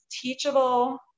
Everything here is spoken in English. teachable